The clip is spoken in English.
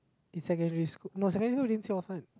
in secondary school no secondary school didn't see you often